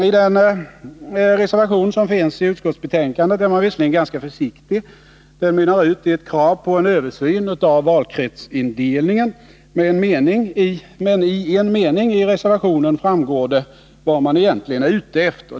I den reservation som finns i utskottsbetänkandet är man visserligen ganska försiktig — den mynnar ut i ett krav på en översyn av valkretsindelningen —, men av en mening i reservationen framgår det vad man egentligen är ute efter.